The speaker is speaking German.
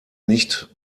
nicht